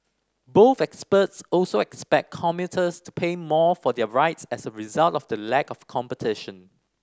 both experts also expect commuters to pay more for their rides as a result of the lack of competition